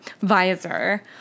visor